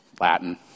Latin